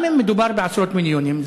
גם אם מדובר בעשרות מיליונים,